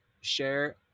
share